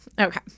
Okay